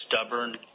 stubborn